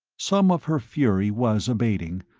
some of her fury was abating,